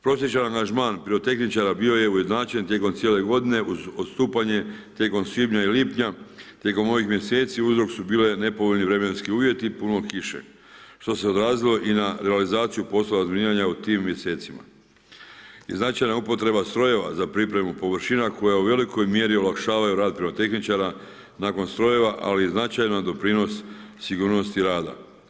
Prosječan angažman pirotehničara bio je ujednačen tijekom cijele godine uz odstupanje tijekom svibnja i lipnja, tijekom ovih mjeseci uzrok su bili nepovoljni vremenski uvjeti i puno kiše što se odrazilo i na realizaciju poslova razminiranja u tim mjesecima i značajna upotreba strojeva za pripremu površina koji u velikoj mjeri olakšavaju rad pirotehničara, nakon strojeva ali i značajni doprinos sigurnosti rada.